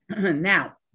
Now